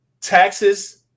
taxes